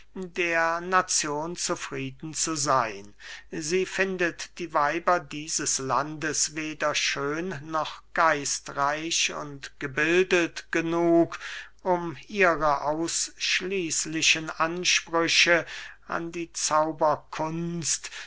der nazion zufrieden zu seyn sie findet die weiber dieses landes weder schön noch geistreich und gebildet genug um ihre ausschließlichen ansprüche an die zauberkunst